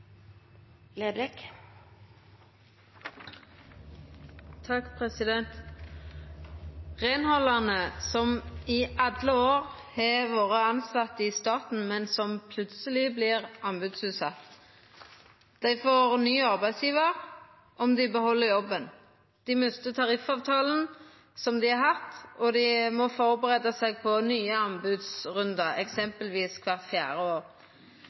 på dagsordenen. Reinhaldarane som i alle år har vore tilsette i staten, men som plutseleg vert anbodsutsette, får ny arbeidsgjevar – om dei beheld jobben – dei mistar tariffavtalen som dei har hatt, og dei må førebu seg på nye anbodsrundar, eksempelvis kvart fjerde